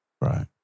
Right